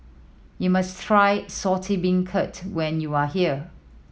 you must try Saltish Beancurd when you are here